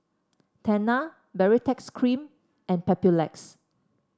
Tena Baritex Cream and Papulex